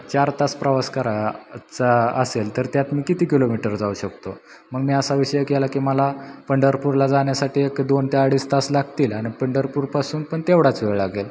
चार तास प्रवास कराय चा असेल तर त्यात मी किती किलोमीटर जाऊ शकतो मग मी असा विषय केला की मला पंढरपूरला जाण्यासाठी एक दोन ते अडीच तास लागतील आणि पंढरपूरपासून पणन तेवढाच वेळ लागेल